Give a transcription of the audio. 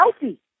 healthy